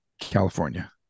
California